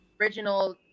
original